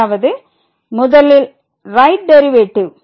அதாவது முதலில் right derivative